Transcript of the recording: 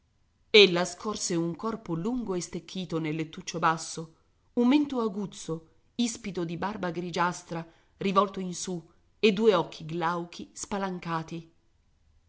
entrare ella scorse un corpo lungo e stecchito nel lettuccio basso un mento aguzzo ispido di barba grigiastra rivolto in su e due occhi glauchi spalancati